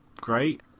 great